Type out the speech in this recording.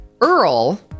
Earl